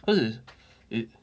cause it's it